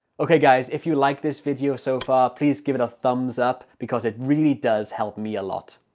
okay guys if you like this video so far please give it a thumbs up because it really does help me a lot!